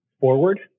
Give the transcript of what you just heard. forward